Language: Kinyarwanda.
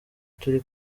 turi